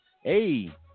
Hey